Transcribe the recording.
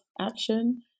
action